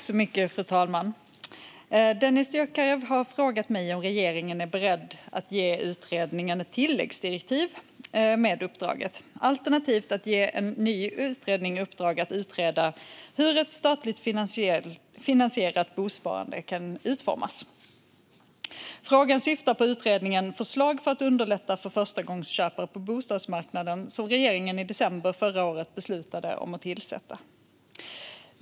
Fru talman! Dennis Dioukarev har frågat mig om regeringen är beredd att ge utredningen ett tilläggsdirektiv med uppdraget, alternativt ge en ny utredning i uppdrag, att utreda hur ett statligt finansierat bosparande kan utformas. Frågan syftar på utredningen Förslag för att underlätta för förstagångsköpare på bostadsmarknaden, som regeringen i december förra året beslutade om att tillsätta.